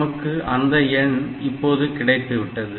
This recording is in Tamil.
நமக்கு அந்த எண் இப்போது கிடைத்துவிட்டது